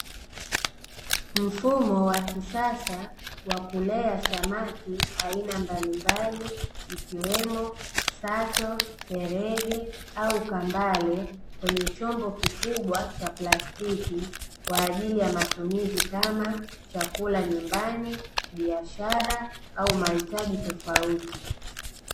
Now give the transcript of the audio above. Mfumo wa kisasa wa kulea samaki aina mbalimbali, ikiwemo sato, perege, au kambale kwenye chombo kikubwa cha plastiki, kwa ajili ya matumizi kama chakula nyumbani, biashara au mahitaji tofauti.